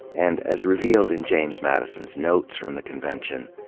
and, as revealed in james madison's notes from the convention,